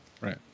right